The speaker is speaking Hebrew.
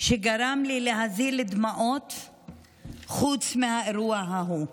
שגרם לי להזיל דמעות חוץ מהאירוע ההוא.